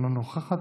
אינה נוכחת,